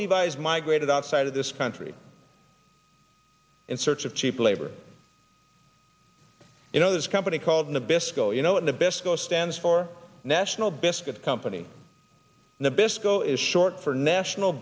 levis migrated outside of this country in search of cheap labor you know this company called nabisco you know the best score stands for national biscuit company nabisco is short for national